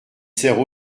sert